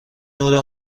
نور